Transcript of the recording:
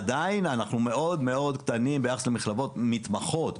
עדיין אנחנו מאוד מאוד קטנים ביחס למחלבות מתמחות.